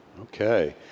Okay